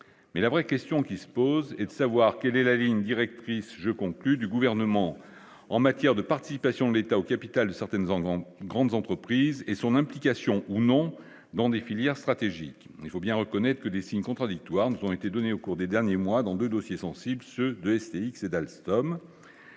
mais la vraie question qui se pose est de savoir quelle est la ligne directrice je conclus du gouvernement en matière de participation de l'État au capital de certaines langues en grandes entreprises et son implication ou non dans des filières stratégiques, il faut bien reconnaître que des signes contradictoires ont été données au cours des derniers mois dans des dossiers sensibles, ceux de STX et d'Alstom,